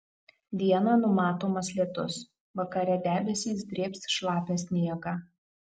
dieną numatomas lietus vakare debesys drėbs šlapią sniegą